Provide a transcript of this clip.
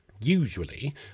Usually